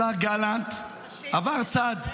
השר גלנט עבר צד,